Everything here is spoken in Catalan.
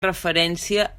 referència